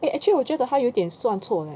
eh actually 我觉得他有点算错 leh